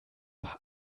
war